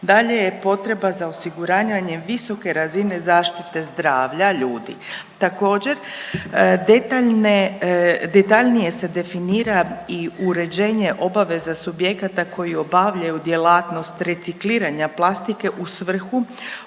dalje je potreba za osiguraranjem visoke razine zaštite zdravlja ljudi. Također, detaljnije se definira i uređenje obaveza subjekata koji obavljaju djelatnost recikliranja plastike u svrhu